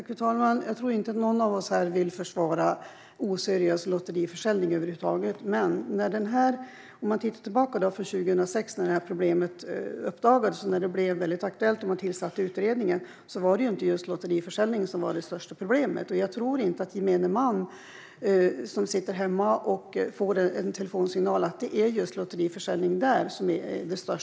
Fru talman! Jag tror inte att många av oss här vill försvara oseriös lotteriförsäljning över huvud taget. Men när problemet uppdagades 2006, då man tillsatte utredningen, var det inte just lotteriförsäljning som var det största problemet. Jag tror inte att det är lotteriförsäljning som är det största problemet när en försäljare ringer till gemene man.